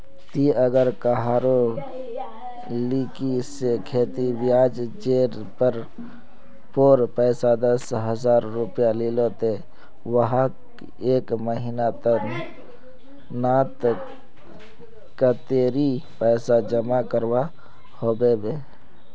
ती अगर कहारो लिकी से खेती ब्याज जेर पोर पैसा दस हजार रुपया लिलो ते वाहक एक महीना नात कतेरी पैसा जमा करवा होबे बे?